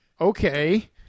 Okay